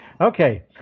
Okay